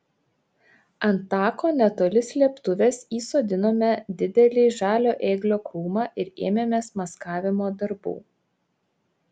ant tako netoli slėptuvės įsodinome didelį žalio ėglio krūmą ir ėmėmės maskavimo darbų